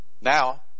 Now